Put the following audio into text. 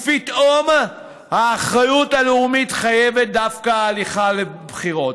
ופתאום האחריות הלאומית מחייבת דווקא הליכה לבחירות.